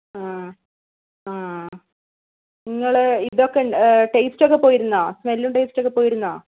ആ ആ നിങ്ങൾ ഇതൊക്കെ ടേസ്റ്റ് ഒക്കെ പോയിരുന്നോ സ്മെല്ലും ടേസ്റ്റ് ഒക്കെ പോയിരുന്നോ